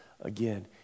again